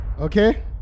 okay